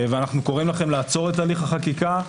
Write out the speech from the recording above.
אנו קוראים לכם לעצור את הליך החקיקה.